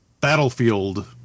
battlefield